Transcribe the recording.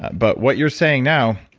but what you're saying now,